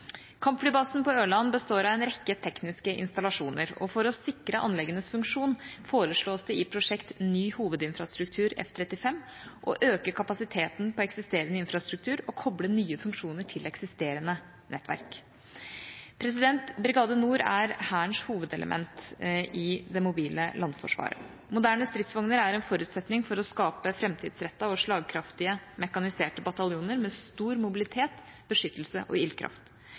Kampflybasen på Ørland består av en rekke tekniske installasjoner, og for å sikre anleggenes funksjon foreslås det i prosjektet Ny hovedinfrastruktur F-35 å øke kapasiteten på eksisterende infrastruktur og koble nye funksjoner til eksisterende nettverk. Brigade Nord er Hærens hovedelement i det mobile landforsvaret. Moderne stridsvogner er en forutsetning for å skape framtidsrettede og slagkraftige mekaniserte bataljoner med stor mobilitet, beskyttelse og ildkraft.